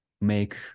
make